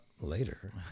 later